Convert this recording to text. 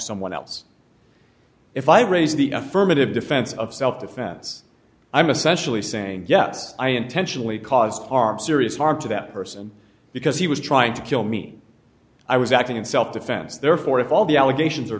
someone else if i raise the affirmative defense of self defense i'm essentially saying yes i intentionally caused harm serious harm to that person because he was trying to kill me i was acting in self defense therefore if all the allegations are